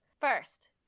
First